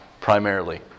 primarily